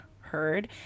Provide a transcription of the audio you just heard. heard